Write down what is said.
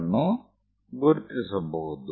ಅನ್ನು ಗುರುತಿಸಬಹುದು